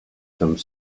some